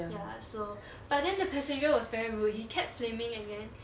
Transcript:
ya so but then the passenger was very rude he kept flaming and then